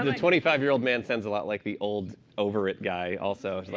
um twenty five year old man sounds a lot like the old over it guy also. like